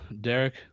Derek